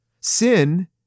Sin